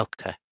Okay